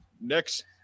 next